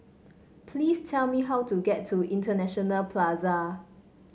please tell me how to get to International Plaza